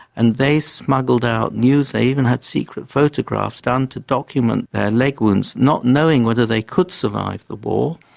and they smuggled out news, they even had secret photographs done to document their leg wounds not knowing whether they could survive the war.